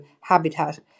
habitat